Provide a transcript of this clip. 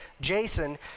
Jason